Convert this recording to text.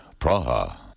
Praha